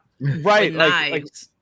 Right